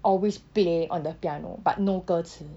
always play on the piano but no 歌词